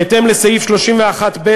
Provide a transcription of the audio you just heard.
בהתאם לסעיף 31(ב)